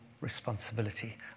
responsibility